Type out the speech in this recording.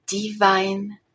divine